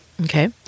Okay